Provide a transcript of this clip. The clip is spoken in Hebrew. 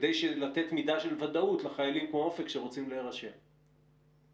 כדי לתת מידה של ודאות לחיילים כמו אופק שרוצים להירשם ללימודים?